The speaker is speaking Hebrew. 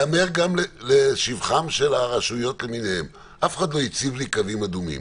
ייאמר גם לשבחן של הרשויות למיניהן: אף אחד לא הציב לי קווים אדומים,